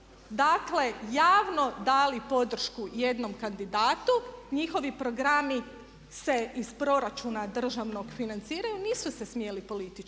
dakle javno dale podršku jednom kandidatu, njihovi programi se iz proračuna državnog financiraju nisu se smjeli politički